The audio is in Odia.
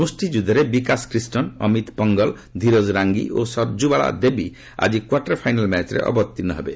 ମୁଷ୍ଟି ଯୁଦ୍ଧରେ ବିକାଶ କ୍ରିଷ୍ଣନ୍ ଅମିତ ଫଙ୍ଗଲ ଧିରଜ ରାଙ୍ଗି ଓ ସର୍ଚ୍ଚୁବାଳା ଦେବୀ ଆଜି କ୍ୱାର୍ଟର ଫାଇନାଲ୍ ମ୍ୟାଚ୍ରେ ଅବତିର୍ଣ୍ଣ ହେବେ